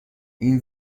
این